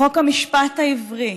חוק המשפט העברי,